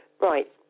right